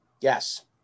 Yes